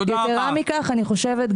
בנוסף,